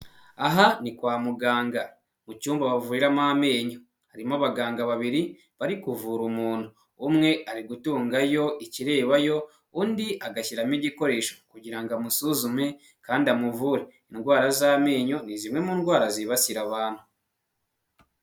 Aha ni kwa muganga. Mu cyumba bavuriramo ameny. Harimo abaganga babiri, bari kuvura umuntu. Umwe ari gutungayo ikirebayo, undi agashyiramo igikoresho, kugira ngo amusuzume, kandi amuvure. Indwara z'amenyo ni zimwe mu ndwara zibasira abantu.